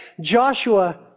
Joshua